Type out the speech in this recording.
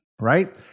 right